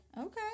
okay